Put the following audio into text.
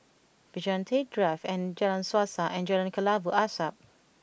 Vigilante Drive and Jalan Suasa and Jalan Kelabu Asap